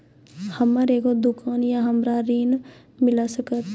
हमर एगो दुकान या हमरा ऋण मिल सकत?